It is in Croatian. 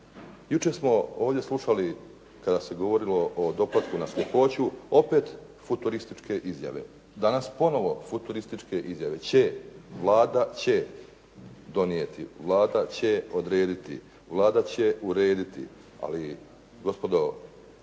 Jučer smo ovdje slušali kada se govorilo o doplatku na sljepoću, opet futurističke izjave. Danas ponovo futurističke izjave će, Vlada će donijeti, Vlada će odrediti, Vlada će odrediti, ali gospodo